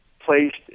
Placed